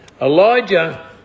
Elijah